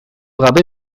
gabe